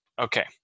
Okay